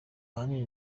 ahanini